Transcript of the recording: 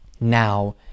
now